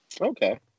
Okay